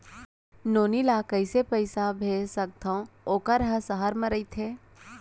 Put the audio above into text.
नोनी ल कइसे पइसा भेज सकथव वोकर ह सहर म रइथे?